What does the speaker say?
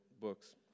books